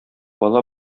бала